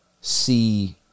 see